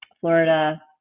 Florida